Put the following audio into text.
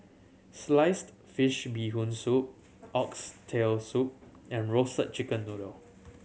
sliced fish Bee Hoon Soup Oxtail Soup and Roasted Chicken Noodle